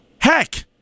Heck